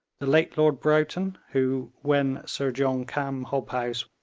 the late lord broughton, who, when sir john cam hobhouse,